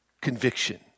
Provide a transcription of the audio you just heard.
conviction